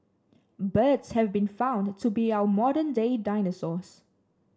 birds have been found to be our modern day dinosaurs